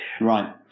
right